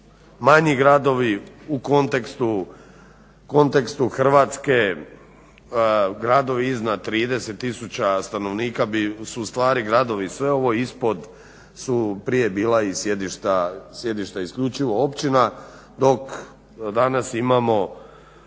manji gradovi u kontekstu Hrvatske gradovi iznad 30 tisuća stanovnika su ustvari gradovi, sve ovo ispod su i prije bila sjedišta isključivo općina dok danas imamo